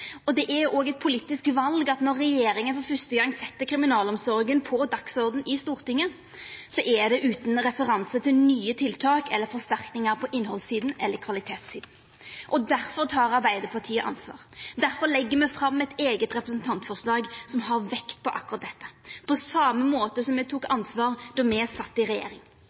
Det er òg eit politisk val at når regjeringa for første gong set kriminalomsorga på dagsordenen i Stortinget, så er det utan referanse til nye tiltak eller forsterkingar på innhaldssida eller kvalitetssida. Difor tek Arbeidarpartiet ansvar. Difor legg me fram eit eige representantforslag som har vekt på akkurat dette, på same måte som me tok ansvar då me sat i regjering.